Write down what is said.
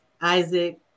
Isaac